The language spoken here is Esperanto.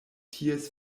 ties